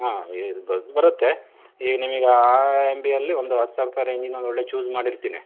ಹಾಂ ಇರ್ಬೋದು ಬರುತ್ತೆ ಈಗ ನಿಮಿಗೆ ಆ ಎಂ ಬಿಯಲ್ಲಿ ಒಂದು ಹತ್ತು ಸಾವಿರ ರೂಪಾಯಿ ರೇಂಜಿಂದು ಒಂದೊಳ್ಳೇದು ಚೂಸ್ ಮಾಡಿರ್ತೀನಿ